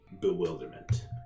bewilderment